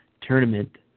Tournament